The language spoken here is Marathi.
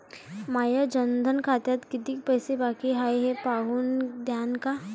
माया जनधन खात्यात कितीक पैसे बाकी हाय हे पाहून द्यान का?